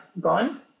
gone